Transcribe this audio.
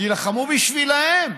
תילחמו בשבילם.